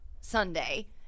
Sunday